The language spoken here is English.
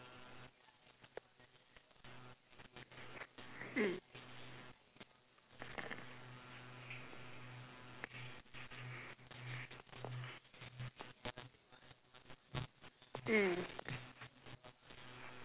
mm